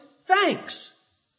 thanks